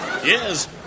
Yes